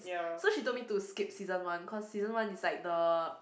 so she told me to skip season one cause season one is like the